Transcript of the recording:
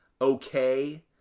okay